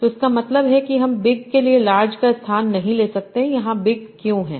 तो इसका मतलब है कि हम बिग के लिए लार्ज का स्थान नहीं ले सकते यहां बिग क्यों है